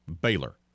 Baylor